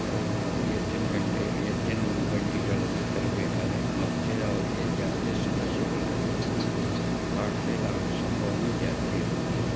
ಅವರು ಎತ್ತಿನ ಗಂಡಿ ಎತ್ತಿನ ಬಂಡಿಗಳಲ್ಲಿ ತರ್ಬೇಕಾದರೆ ಮತ್ತು ಅವ್ರ್ಗೆ ಜಾಸ್ತಿ ಸಮಸ್ಯೆಗಳಾಗಿ ಹಾರ್ಟ್ ಫೈಲ್ ಆಗೋ ಸಂಭವಾನು ಜಾಸ್ತಿ ಇರುತ್ತೆ